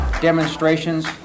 demonstrations